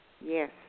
Yes